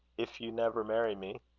if you never marry me.